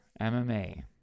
MMA